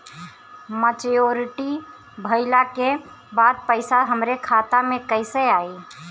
Maturity भईला के बाद पईसा हमरे खाता में कइसे आई?